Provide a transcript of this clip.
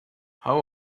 how